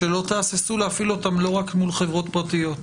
שלא תהססו להפעיל אותם לא רק מול חברות פרטיות.